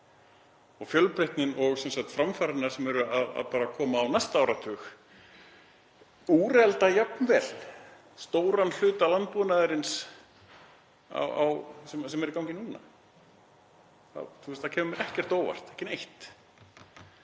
Fjölbreytnin og framfarirnar sem koma á næsta áratug úrelda jafnvel stóran hluta landbúnaðarins sem er í gangi núna. Það kæmi mér ekkert á óvart, ekki neitt.